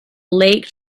lake